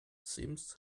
sims